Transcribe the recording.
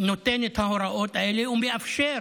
נותן את ההוראות האלה ומאפשר